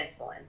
insulin